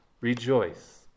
Rejoice